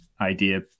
idea